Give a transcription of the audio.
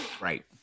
right